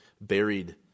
buried